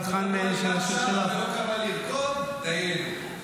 כל עוד היא שרה והיא לא קמה לרקוד, דיינו.